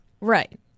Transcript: Right